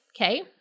Okay